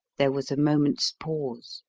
there was a moment's pause.